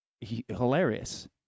hilarious